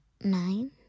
nine